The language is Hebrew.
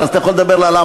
אז אתה יכול לדבר ללמפה.